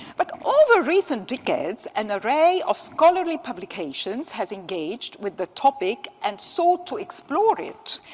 but over recent decades an array of scholarly publications has engaged with the topic and sought to explore it.